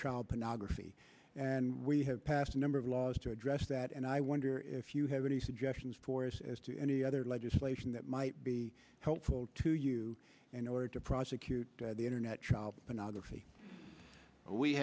child pornography and we have passed a number of laws to address that and i wonder if you have any suggestions for us as to any other legislation that might be helpful to you in order to prosecute the internet child pornography we